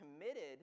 committed